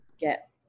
get